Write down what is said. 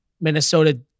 Minnesota